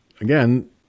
again